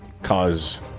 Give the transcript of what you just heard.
cause